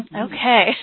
Okay